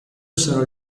sarò